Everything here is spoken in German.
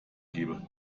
gebe